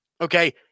Okay